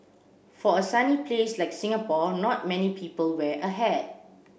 for a sunny place like Singapore not many people wear a hat